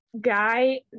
guy